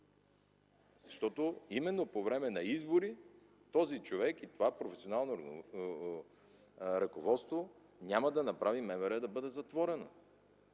ГЕРБ). Именно по време на избори този човек, това професионално ръководство няма да направи МВР да бъде затворено.